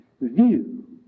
view